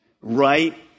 right